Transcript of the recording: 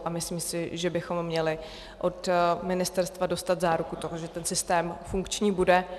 A myslím si, že bychom měli od ministerstva dostat záruku toho, že ten systém funkční bude.